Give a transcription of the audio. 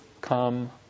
come